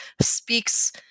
speaks